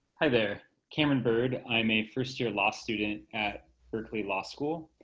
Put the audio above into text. hi there, cameron bird. i'm a first year law student at berkeley law school.